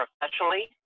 professionally